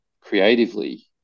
creatively